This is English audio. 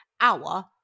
Hour